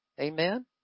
Amen